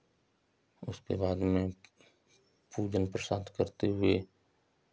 उसके बाद में पूजन प्रसाद करते हुए